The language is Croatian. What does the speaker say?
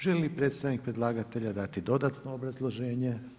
Želi li predstavnik predlagatelja dati dodatno obrazloženje?